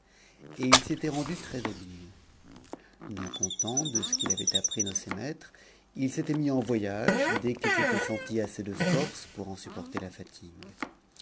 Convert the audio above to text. et il s'y était rendu très habité non content de ce qu'il avait appris de ses maîtres il s'était mis en voyage dès qu'il s'était senti assez de forces pour en supporter la fatigue